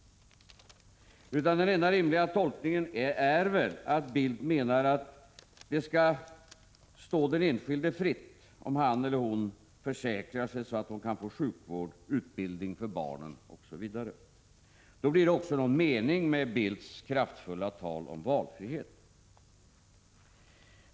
Nej, den enda rimliga tolkningen är väl att Bildt menar att det skall stå den enskilde fritt om han eller hon försäkrar sig, så att man kan få sjukvård, utbildning för barnen osv. Då blir det också någon mening med Bildts kraftfulla tal om valfrihet.